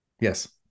Yes